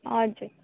हजुर